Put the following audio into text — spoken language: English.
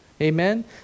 Amen